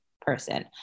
person